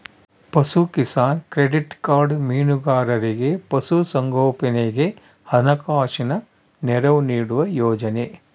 ಪಶುಕಿಸಾನ್ credit card ಮೀನುಗಾರರಿಗೆ ಪಶು ಸಂಗೋಪನೆಗೆ ಹಣಕಾಸಿನ ನೆರವು ನೀಡುವ ಯೋಜನೆ